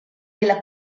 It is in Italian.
della